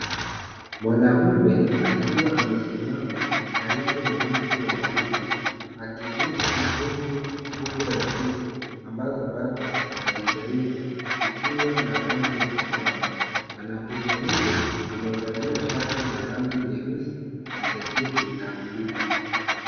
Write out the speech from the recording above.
Mwanaume akiwa amesimama karibu na mti wa ndizi akigusa mkongo mkubwa wa ndizi ambazo bado hazijaiva zikiwa na rangi ya kijani . Mwanamume huyo amevalia shati la rangi nyeusi na jaketi la bluu .